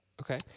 Okay